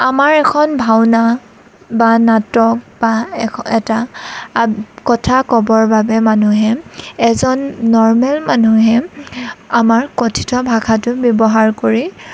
আমাৰ এখন ভাওনা বা নাটক বা এটা কথা ক'বৰ বাবে মানুহে এজন নৰ্মেল মানুহে আমাৰ কথিত ভাষাটো ব্যৱহাৰ কৰি